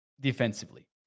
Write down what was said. defensively